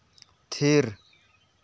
ᱛᱷᱤᱨ